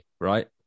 right